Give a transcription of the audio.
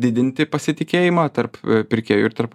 didinti pasitikėjimą tarp pirkėjų ir tarp